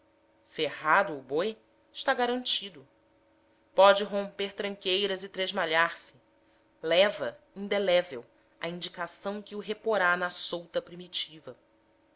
ferrado o boi está garantido pode romper tranqueiras e tresmalhar se leva indelével a indicação que o reporá na solta primitiva